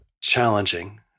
challenging